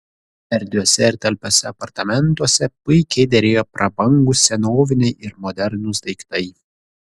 erdviuose ir talpiuose apartamentuose puikiai derėjo prabangūs senoviniai ir modernūs daiktai